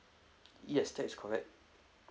yes that is correct